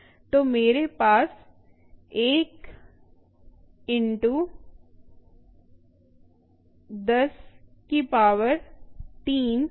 तो मेरे पास 1 × 10−3 है